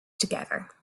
together